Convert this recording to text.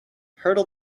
hurdle